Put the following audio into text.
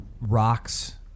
rocks